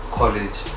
college